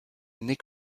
nick